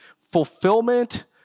fulfillment